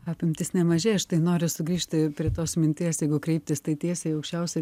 apimtis nemažėja aš tai noriu sugrįžti prie tos minties jeigu kreiptis tai tiesiai į aukščiausią